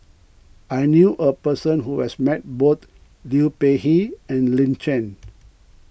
I knew a person who has met both Liu Peihe and Lin Chen